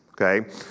okay